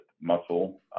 muscle